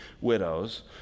widows